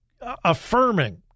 affirming